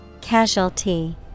Casualty